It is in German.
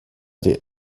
die